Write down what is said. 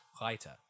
Reiter